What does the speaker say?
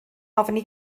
ofni